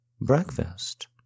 breakfast